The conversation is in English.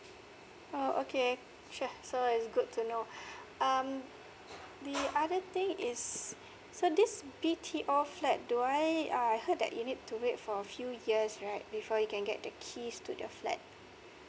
oh okay sure so it's good to know um the other thing is so this B T O flat do I uh I heard that you need to wait for a few years right before you can get the keys to the flat